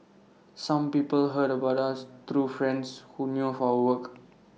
some people heard about us through friends who knew of our work